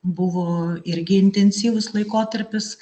buvo irgi intensyvus laikotarpis